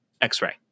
X-ray